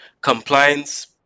compliance